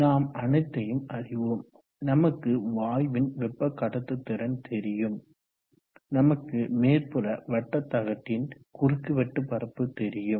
நாம் அனைத்தையும் அறிவோம் நமக்கு வாயுவின் வெப்ப கடத்துத்திறன் தெரியும் நமக்கு மேற்புற வட்ட தகட்டின் குறுக்கு வெட்டு பரப்பு தெரியும்